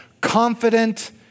confident